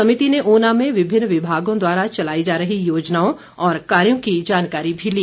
समिति ने ऊना में विभिन्न विभागों द्वारा चलाई जा रही योजनाओं और कार्यों की जानकारी भी ली